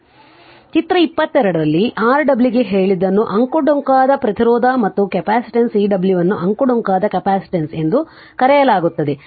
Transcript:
ಆದ್ದರಿಂದ ಚಿತ್ರ 22 ರಲ್ಲಿ Rw ಗೆ ಹೇಳಿದ್ದನ್ನು ಅಂಕುಡೊಂಕಾದ ಪ್ರತಿರೋಧ ಮತ್ತು ಕೆಪಾಸಿಟನ್ಸ್ Cw ಅನ್ನು ಅಂಕುಡೊಂಕಾದ ಕೆಪಾಸಿಟನ್ಸ್ ಎಂದು ಕರೆಯಲಾಗುತ್ತದೆ